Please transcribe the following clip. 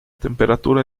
temperatura